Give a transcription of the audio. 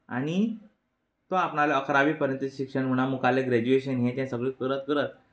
आनी तो आपणाले अकरावे परिक्षण म्हणा किंवां मुखाल्लें ग्रेज्युएशन हें तें सगळें करत करत